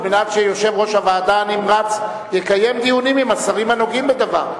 על מנת שיושב-ראש הוועדה הנמרץ יקיים דיונים עם השרים הנוגעים בדבר,